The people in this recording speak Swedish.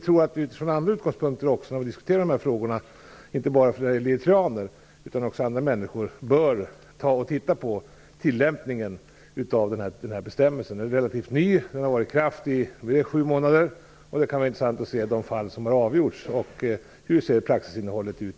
När vi diskuterar dessa frågor - inte bara när det gäller eritreanerna utan även andra människor - bör vi också utifrån andra utgångspunkter titta på tillämpningen av den här lagen. Den är relativt ny och har varit i kraft i sju månader. Det kan vara intressant att titta på de fall som har avgjorts och ta reda på hur praxis ser ut.